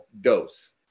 dose